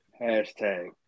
Hashtag